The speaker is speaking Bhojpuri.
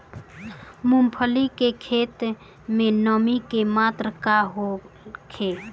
मूँगफली के खेत में नमी के मात्रा का होखे?